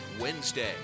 wednesday